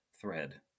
thread